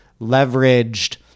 leveraged